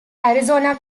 arizona